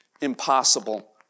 impossible